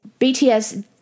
BTS